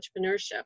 entrepreneurship